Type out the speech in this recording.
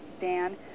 Dan